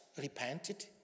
repented